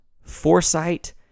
foresight